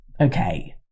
Okay